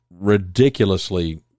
ridiculously